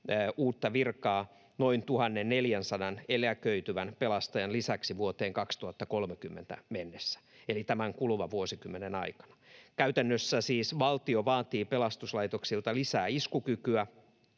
uutta virkaa noin 1 400 eläköityvän pelastajan lisäksi vuoteen 2030 mennessä eli tämän kuluvan vuosikymmenen aikana. Käytännössä siis valtio vaatii pelastuslaitoksilta lisää iskukykyä,